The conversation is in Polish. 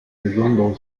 wyglądał